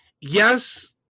yes